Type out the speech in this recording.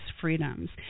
freedoms